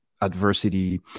adversity